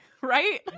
right